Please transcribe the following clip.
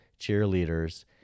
cheerleaders